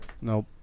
Nope